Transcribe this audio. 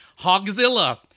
Hogzilla